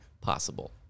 possible